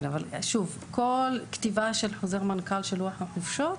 כל כתיבה בחוזר מנכ"ל של לוח החופשות